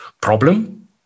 problem